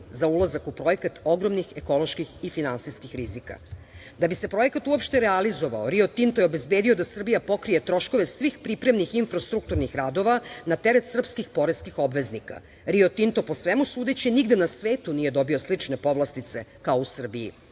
za ulazak u projekta ogromnih ekoloških i finansijskih rizika. Da bi se projekat uopšte realizovao Rio Tinto je obezbedio da Srbija pokrije troškovi svih pripremnih infrastrukturnih radova na teret srpskih poreskih obveznika. Rio Tinto po svemu sudeći nigde na svetu nije dobio slične povlastice kao u Srbiji. Na